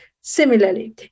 Similarly